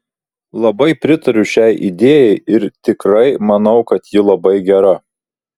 labai pritariu šiai idėjai ir tikrai manau kad ji labai gera